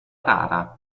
rara